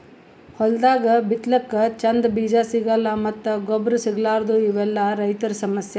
ಹೊಲ್ದಾಗ ಬಿತ್ತಲಕ್ಕ್ ಚಂದ್ ಬೀಜಾ ಸಿಗಲ್ಲ್ ಮತ್ತ್ ಗೊಬ್ಬರ್ ಸಿಗಲಾರದೂ ಇವೆಲ್ಲಾ ರೈತರ್ ಸಮಸ್ಯಾ